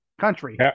country